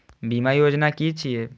बीमा योजना कि छिऐ?